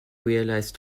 realized